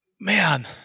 man